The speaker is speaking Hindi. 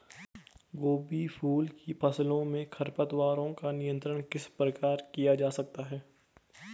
गोभी फूल की फसलों में खरपतवारों का नियंत्रण किस प्रकार किया जा सकता है?